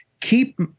keep